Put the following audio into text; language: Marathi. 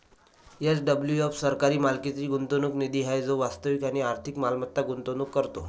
एस.डब्लू.एफ सरकारी मालकीचा गुंतवणूक निधी आहे जो वास्तविक आणि आर्थिक मालमत्तेत गुंतवणूक करतो